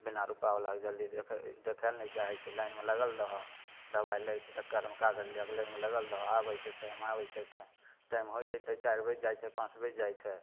बिना रूपा बलाके जल्दी देखै देखै लए नहि चाहै छै लाइनमे लागल रहऽ दबाइ लैके चक्करमे कागज लए कऽ लाइनमे लागल रहऽ आब एते टाइम आब एतै टाइम टाइम होयि जेतै चारि बाजि जाइ छै पाँच बाजि जाइ छै